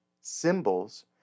symbols